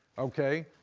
okay?